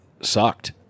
sucked